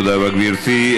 תודה רבה, גברתי.